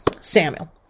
Samuel